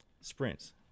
sprints